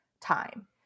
time